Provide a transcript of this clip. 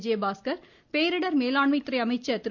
விஜயபாஸ்கர் பேரிடர் மேலாண்மை துறை அமைச்சர் திரு